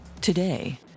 Today